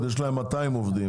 המים, יש להם 200 עובדים.